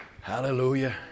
Hallelujah